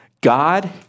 God